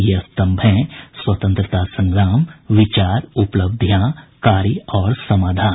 ये स्तंभ हैं स्वतंत्रता संग्राम विचार उपलब्धियां कार्य और समाधान